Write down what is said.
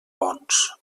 bons